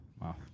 Wow